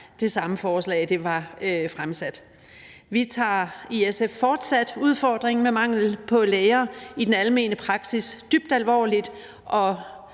det samme forslag var til behandling. Vi tager i SF fortsat udfordringen med mangel på læger i den almene praksis dybt alvorligt,